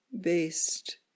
based